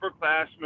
upperclassmen